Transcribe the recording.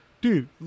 Dude